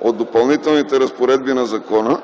от допълнителните разпоредби на закона